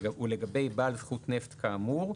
--- ולגבי בעל זכות נפט כאמור,